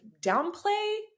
downplay